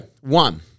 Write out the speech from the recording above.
one